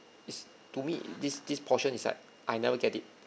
is to me this this portion is like I never get it